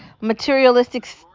materialistic